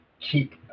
keep